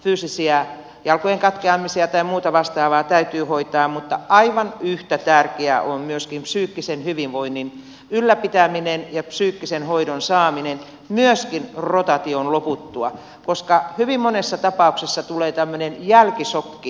fyysisiä jalkojen katkeamisia tai muuta vastaavaa täytyy hoitaa mutta aivan yhtä tärkeää on myöskin psyykkisen hyvinvoinnin ylläpitäminen ja psyykkisen hoidon saaminen myöskin rotaation loputtua koska hyvin monessa tapauksessa tulee jälkisokki